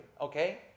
Okay